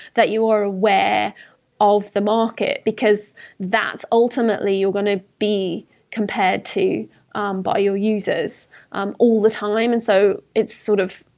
that you are aware of the market, because that's ultimately you're going to be compared to um by your users um all the time. and so it's sort of